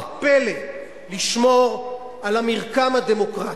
לשמור על המרקם הדמוקרטי,